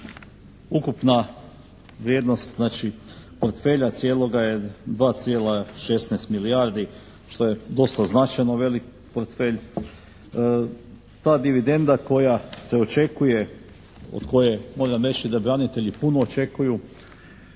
ukupna vrijednost, znači portfelja cijeloga je 2,16 milijardi, što je dosta značajno velik portfelj. Ta dividenda koja se očekuje, od koje moram reći da branitelji puno očekuju